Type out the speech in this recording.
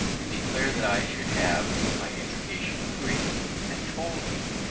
and declared that i should have my education free and told me,